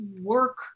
work